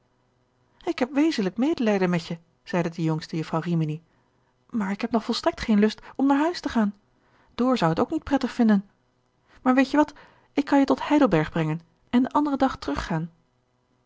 ik heb wezenlijk medelijden met je zeide de jongste jufvrouw rimini maar ik heb nog volstrekt geen lust om naar huis te gaan door zou het ook niet prettig vinden maar weet je wat ik kan je tot heidelberg brengen en den anderen dag